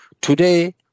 Today